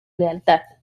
lealtad